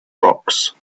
rocks